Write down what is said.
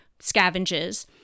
scavenges